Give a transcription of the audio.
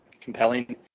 compelling